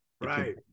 Right